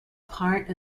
part